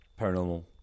Paranormal